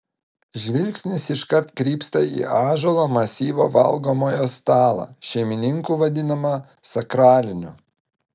žvilgsnis iškart krypsta į ąžuolo masyvo valgomojo stalą šeimininkų vadinamą sakraliniu